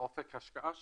אופק ההשקעה שלך,